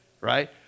right